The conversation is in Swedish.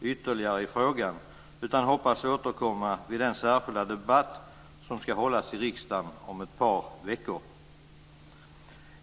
ytterligare i frågan utan hoppas återkomma vid den särskilda debatt som ska hållas i riksdagen om ett par veckor.